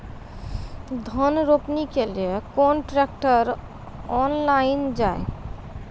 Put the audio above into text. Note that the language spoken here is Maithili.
धान रोपनी के लिए केन ट्रैक्टर ऑनलाइन जाए?